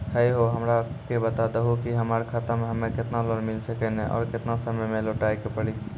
है हो हमरा के बता दहु की हमार खाता हम्मे केतना लोन मिल सकने और केतना समय मैं लौटाए के पड़ी?